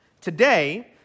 today